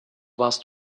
warst